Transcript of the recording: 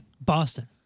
Boston